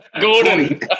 Gordon